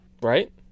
Right